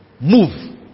move